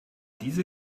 diese